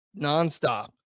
nonstop